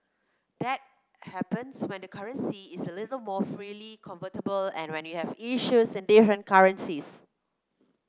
that happens when the currency is a little more freely convertible and when you have issues in different currencies